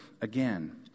again